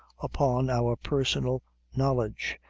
upon our personal knowledge,